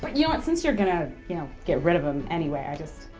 but you know what, since you're gonna, you know, get rid of them anyway, i'll just,